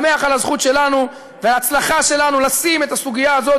שמח על הזכות שלנו וההצלחה שלנו לשים את הסוגיה הזאת,